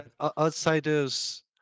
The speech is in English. Outsiders